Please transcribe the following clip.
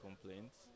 complaints